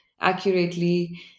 accurately